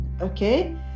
okay